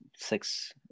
Six